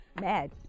mad